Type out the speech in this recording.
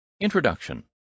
introduction